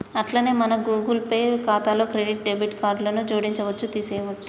అట్లనే మన Google Pay ఖాతాలో క్రెడిట్ డెబిట్ కార్డులను జోడించవచ్చు తీసేయొచ్చు